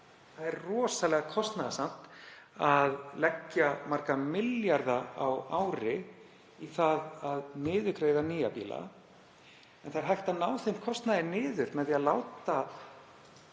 Það er rosalega kostnaðarsamt að leggja marga milljarða á ári í það að niðurgreiða nýja bíla. En það er hægt að ná þeim kostnaði niður með því að láta